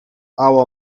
our